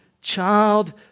Child